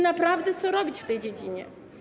Naprawdę jest co robić w tej dziedzinie.